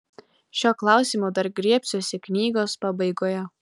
šio klausimo dar griebsiuosi knygos pabaigoje